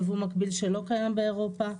יבוא מקביל שלא קיים באירופה.